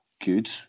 good